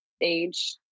age